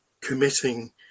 committing